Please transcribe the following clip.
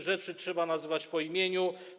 Rzeczy trzeba nazywać po imieniu.